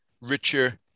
richer